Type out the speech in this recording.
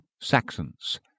Saxons